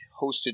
hosted